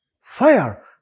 fire